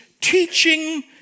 teaching